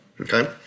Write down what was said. Okay